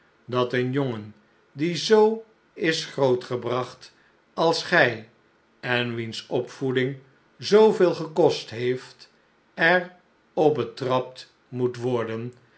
dat een jongen die zoo is grootgebracht als gij en wiens opvoeding zooveel gekost heeft er op betrapt moet worden